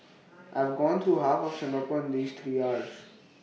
I have gone through half of Singapore in these three hours